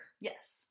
Yes